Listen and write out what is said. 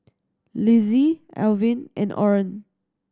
Lizzie Elvin and Orren